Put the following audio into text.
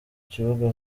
kibuga